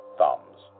thumbs